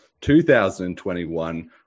2021